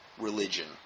religion